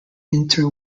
inter